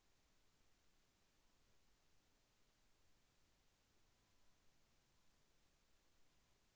ATM card ఎలా ఉపయోగించాలి?